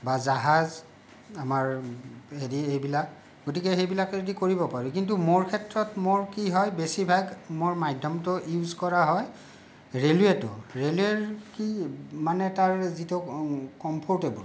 বা জাহাজ আমাৰ হেৰি এইবিলাক গতিকে সেইবিলাকেদি কৰিব পাৰি কিন্তু মোৰ ক্ষেত্ৰত মোৰ কি হয় বেছিভাগ মোৰ মাধ্যমটো ইউজ কৰা হয় ৰেলৱেটো ৰেলৱে কি মানে তাৰ যিটো কমফৰ্টেবল